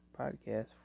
podcast